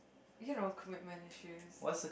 you know commitment issues